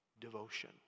devotion